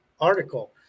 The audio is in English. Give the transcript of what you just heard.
article